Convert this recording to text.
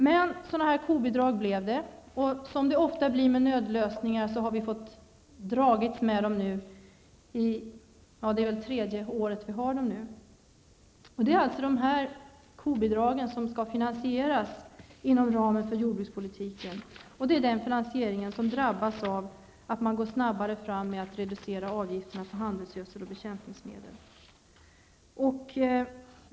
Men kobidrag blev det, och som ofta blir fallet med nödlösningar har vi fått dras med dem länge -- det är nu tredje året vi har dem. Kobidragen skall finansieras inom ramen för jordbrukspolitiken, och det är den finansieringen som drabbas av att man går snabbare fram med att reducera avgifterna på handelsgödsel och bekämpningsmedel.